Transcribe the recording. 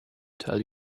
tell